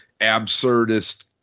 absurdist